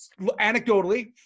anecdotally